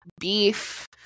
beef